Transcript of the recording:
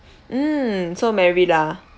mm so mary lah